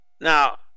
Now